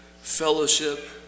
Fellowship